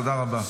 תודה רבה.